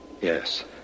Yes